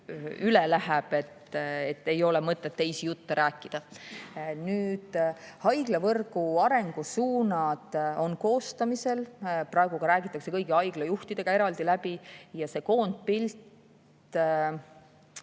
üle läheb. Ei ole mõtet teisi jutte rääkida. Nüüd, haiglavõrgu arengusuunad on koostamisel, praegu räägitakse need ka kõigi haiglajuhtidega eraldi läbi. See koondpilt on